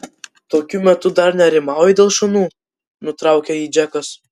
tokiu metu dar nerimauji dėl šunų nutraukė jį džekas